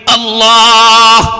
Allah